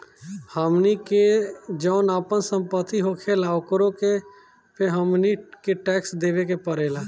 हमनी के जौन आपन सम्पति होखेला ओकरो पे हमनी के टैक्स देबे के पड़ेला